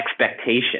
expectation